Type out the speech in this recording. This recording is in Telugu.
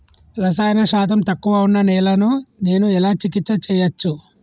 రసాయన శాతం తక్కువ ఉన్న నేలను నేను ఎలా చికిత్స చేయచ్చు?